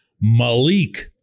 Malik